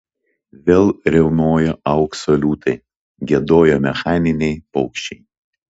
vėl riaumojo aukso liūtai giedojo mechaniniai paukščiai